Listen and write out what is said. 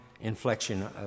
inflection